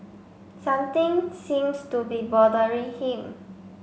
something seems to be bothering him